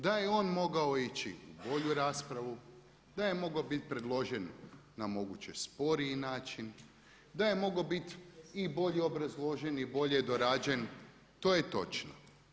Da je on mogao ići u bolju raspravu, da je mogao biti predložen na moguće sporiji način, da je mogao biti i bolje obrazložen i bolje dorađen to je točno.